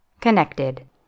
Connected